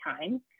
time